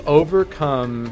overcome